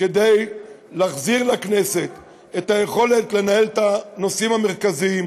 כדי להחזיר לכנסת את היכולת לנהל את הנושאים המרכזיים,